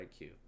IQ